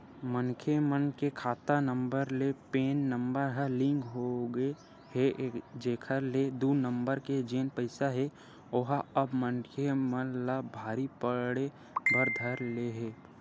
मनखे मन के खाता नंबर ले पेन नंबर ह लिंक होगे हे जेखर ले दू नंबर के जेन पइसा हे ओहा अब मनखे मन ला भारी पड़े बर धर ले हे